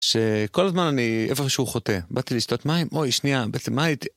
שכל הזמן אני איפה שהוא חוטא, באתי לשתות מים, אוי שנייה, בעצם מה הייתי...